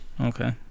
okay